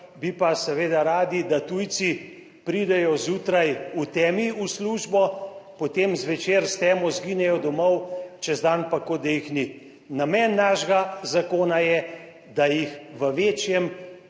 bi pa seveda radi, da tujci pridejo zjutraj v temi v službo, potem zvečer s temo izginejo domov, čez dan pa kot da jih ni. Namen našega zakona je, da jih v večjem